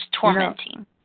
tormenting